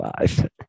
life